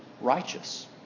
righteous